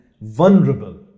vulnerable